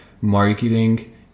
marketing